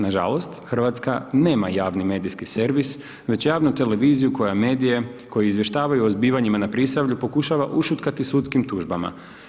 Nažalost, Hrvatska nema javni medijski servis već javnu televiziju koja medije, koja izvještavaju o zbivanjima na Prisavlju pokušava ušutkati sudskim tužbama.